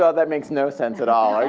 ah that makes no sense at all.